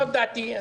זאת דעתי.